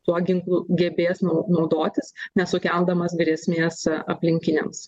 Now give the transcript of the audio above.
tuo ginklu gebės nau naudotis nesukeldamas grėsmės aplinkiniams